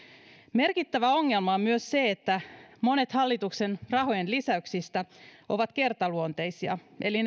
merkittävä ongelma on myös se että monet hallituksen rahojen lisäyksistä ovat kertaluonteisia eli